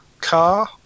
car